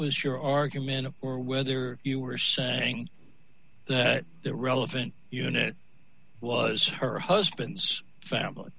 was your argument or whether you were saying that the relevant unit was her husband's family